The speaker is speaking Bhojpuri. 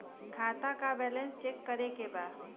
खाता का बैलेंस चेक करे के बा?